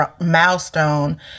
milestone